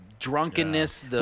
drunkenness